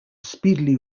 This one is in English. speedily